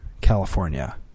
California